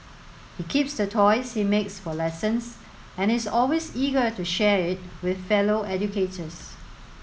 he keeps the toys he makes for lessons and its always eager to share it with fellow educators